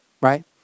Right